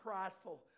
prideful